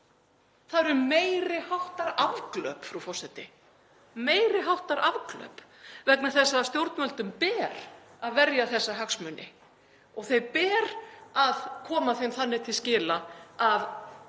Það eru meiri háttar afglöp, frú forseti — meiri háttar afglöp, vegna þess að stjórnvöldum ber að verja þessa hagsmuni og koma þeim þannig til skila að